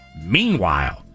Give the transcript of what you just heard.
meanwhile